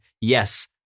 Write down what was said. yes